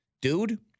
dude